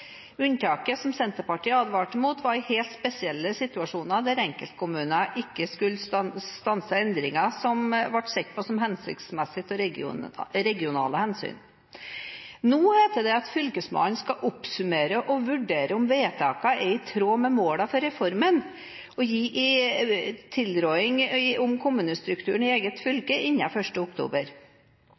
Unntaket – som Senterpartiet advarte mot – var helt spesielle situasjoner der enkeltkommuner ikke skulle stanse endringer som ble sett på som hensiktsmessige av regionale hensyn. Nå heter det at fylkesmannen skal oppsummere og vurdere om vedtakene er i tråd med målene for reformen og gi tilråding om kommunestrukturen i eget fylke